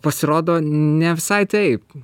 pasirodo ne visai taip